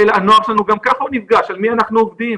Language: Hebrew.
הנוער שלנו גם כך נפגש, על מי אנחנו עובדים?